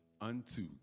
unto